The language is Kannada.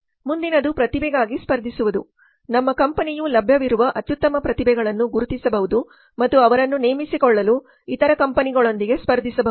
ಮುಂದಿನದು ಪ್ರತಿಭೆಗಾಗಿ ಸ್ಪರ್ಧಿಸುವುದು ನಮ್ಮ ಕಂಪನಿಯು ಲಭ್ಯವಿರುವ ಅತ್ಯುತ್ತಮ ಪ್ರತಿಭೆಗಳನ್ನು ಗುರುತಿಸಬಹುದು ಮತ್ತು ಅವರನ್ನು ನೇಮಿಸಿಕೊಳ್ಳಲು ಇತರ ಕಂಪನಿಗಳೊಂದಿಗೆ ಸ್ಪರ್ಧಿಸಬಹುದು